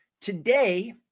Today